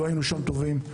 לא היינו שם טובים.